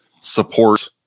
support